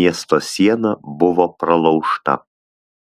miesto siena buvo pralaužta